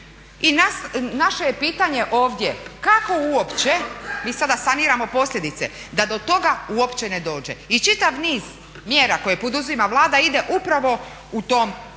I naše je pitanje ovdje, kako je moguće, mi sada saniramo posljedice da do toga uopće ne dođe. I čitav niz mjera koje poduzima Vlada ide upravo u tom pravcu i u